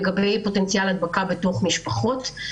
לגבי פוטנציאל הדבקה בתוך משפחות.